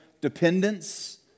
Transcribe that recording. dependence